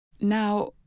Now